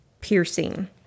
piercing